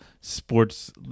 sports